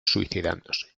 suicidándose